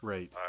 Right